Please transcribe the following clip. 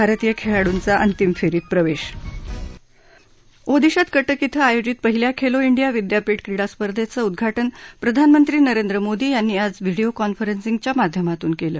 भारतीय खेळाडूंचा अंतिम फेरीत प्रवेश ओदिशात काक्र इथं आयोजित पहिल्या खेलो इंडिया विद्यापीठ क्रीडा स्पर्धेचं उदघाजि प्रधानमंत्री नरेंद्र मोदी यांनी आज व्हिडीओ कॉन्फरन्सिंगच्या माध्यमातून केलं